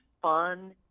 fun